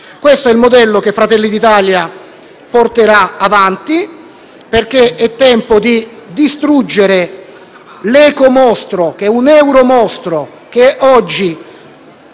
Questo è il modello che Fratelli d'Italia porterà avanti, perché è tempo di distruggere l'euromostro che oggi